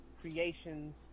creations